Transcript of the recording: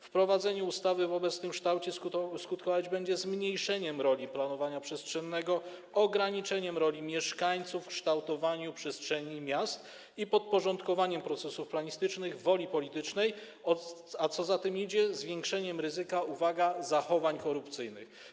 Wprowadzenie ustawy w obecnym kształcie skutkować będzie zmniejszeniem roli planowania przestrzennego, ograniczeniem roli mieszkańców w kształtowaniu przestrzeni miast i podporządkowaniem procesów planistycznych woli politycznej, a co za tym idzie - zwiększeniem ryzyka, uwaga, zachowań korupcyjnych.